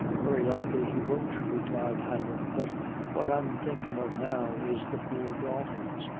very likely he won't, replied hanlon but what i'm thinkin' of now, is the poor daltons.